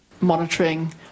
Monitoring